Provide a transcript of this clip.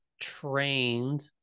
trained